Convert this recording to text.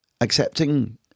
Accepting